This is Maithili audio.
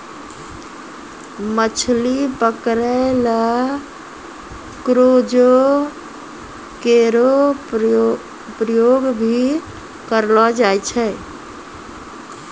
मछली पकरै ल क्रूजो केरो प्रयोग भी करलो जाय छै